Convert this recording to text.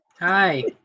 Hi